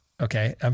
Okay